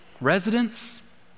residents